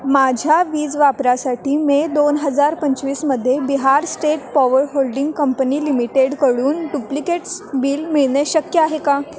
माझ्या वीज वापरासाठी मे दोन हजार पंचवीसमध्ये Bihar state power holding company लिमिटेडकडून डुप्लिकेट्स बिल मिळणे शक्य आहे का